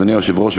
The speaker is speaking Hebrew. אדוני היושב-ראש,